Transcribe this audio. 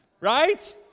right